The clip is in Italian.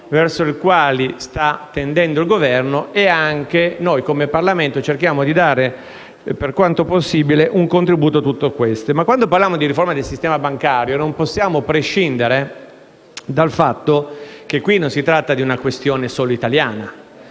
verso i quali sta tendendo il Governo e anche noi, come Parlamento, cerchiamo di dare, per quanto possibile, un contributo a tutto questo. Quando parliamo di riforma del sistema bancario non possiamo prescindere dal fatto che qui non si tratta di una questione solo italiana,